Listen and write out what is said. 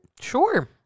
Sure